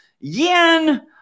yen